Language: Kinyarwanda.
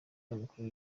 n’umukuru